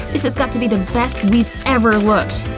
this has got to be the best we've ever looked!